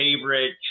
favorite